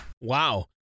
Wow